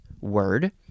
word